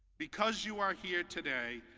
because you are here today,